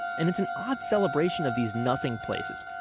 and it's an odd celebration of these nothing places.